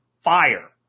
fire